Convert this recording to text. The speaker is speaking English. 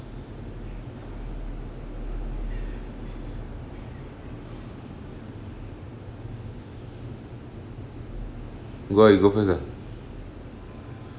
you go ah you go first ah